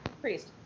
Priest